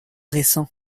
récents